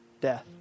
death